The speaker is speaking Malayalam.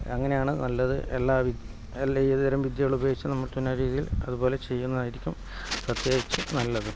അങ്ങനെയാണ് നല്ലത് എല്ലാ വിധ ഏതുതരം വിദ്യകളും ഉപയോഗിച്ച് പറ്റുന്ന രീതിയിൽ അതുപോലെ ചെയ്യുന്നതായിരിക്കും പ്രത്യേകിച്ച് നല്ലത്